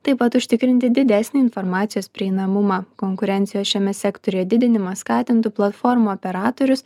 taip pat užtikrinti didesnį informacijos prieinamumą konkurencijos šiame sektoriuje didinimas skatintų platformų operatorius